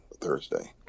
Thursday